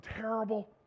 terrible